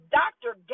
doctor